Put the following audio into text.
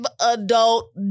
adult